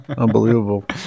Unbelievable